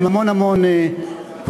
עם המון המון פרטים.